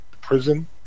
prison